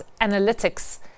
analytics